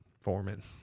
Foreman